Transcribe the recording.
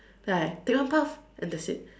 then I take one puff then that's it